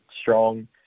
strong